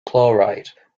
chloride